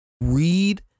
Read